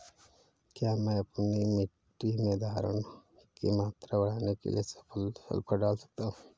क्या मैं अपनी मिट्टी में धारण की मात्रा बढ़ाने के लिए सल्फर डाल सकता हूँ?